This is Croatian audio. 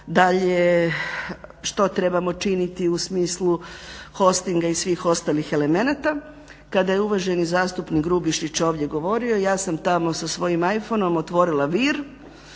dalje što trebamo činiti u smislu hostinga i svih ostalih elemenata. Kada je uvaženi zastupnik Grubišić ovdje govorio ja sam tamo sa svojim I-phoneom otvorila Vir,